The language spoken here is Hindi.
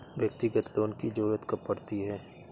व्यक्तिगत लोन की ज़रूरत कब पड़ती है?